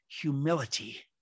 humility